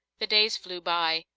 the days flew by,